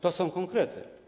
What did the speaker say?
To są konkrety.